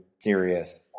serious